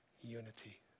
unity